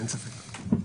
אין ספק.